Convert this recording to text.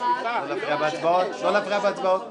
להפריע בהצבעות, לא להפריע בהצבעות.